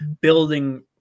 building